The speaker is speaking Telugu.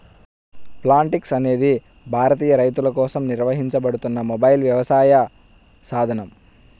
ప్లాంటిక్స్ అనేది భారతీయ రైతులకోసం నిర్వహించబడుతున్న మొబైల్ వ్యవసాయ సాధనం